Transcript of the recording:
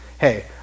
hey